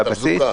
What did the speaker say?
על תחזוקה.